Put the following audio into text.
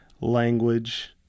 language